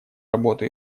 работу